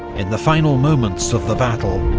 in the final moments of the battle,